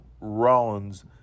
Rollins